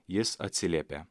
jis atsiliepė